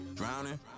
drowning